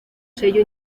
sello